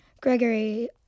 Gregory